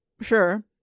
sure